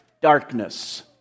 darkness